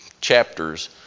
chapters